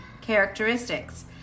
characteristics